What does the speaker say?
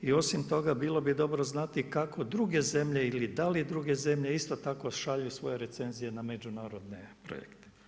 I osim toga bilo bi dobro znati kako druge zemlje i da li druge zemlje isto tako šalju svoje recenzije na međunarodne projekte.